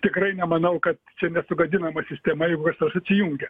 tikrai nemanau kad čia nesugadinama sistema jeigu kas nors atsijungia